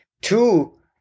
two